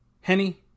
Henny